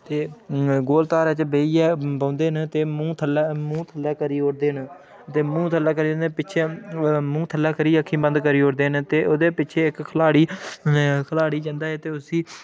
ते गोल धारे च बेहियै बौंह्दे न ते मूंह् थल्लै मूंह् थल्लै करी ओड़दे न ते मूंह् थल्लै करी ओड़दे पिच्छै मूंह् थल्लै करियै अक्खीं बंद करी ओड़दे न ते ओह्दे पिच्छै इक खिलाड़ी खिलाड़ी जंदा ऐ ते उसी